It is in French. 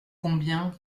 combien